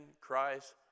Christ